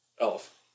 elf